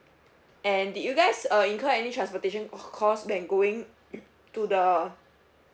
and did you guys uh incur any transportation of cause when going to the